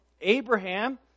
Abraham